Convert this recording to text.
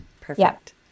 Perfect